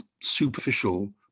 superficial